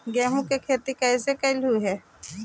गेहूआ के खेती कैसे कैलहो हे?